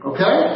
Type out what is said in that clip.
Okay